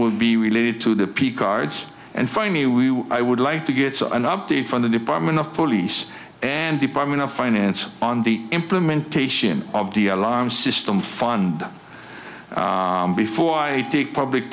will be related to the peak ards and find me i would like to get an update from the department of police and department of finance on the implementation of the alarm system fund before i take public